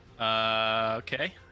Okay